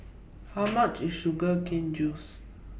How much IS Sugar Cane Juice